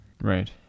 Right